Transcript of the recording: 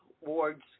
wards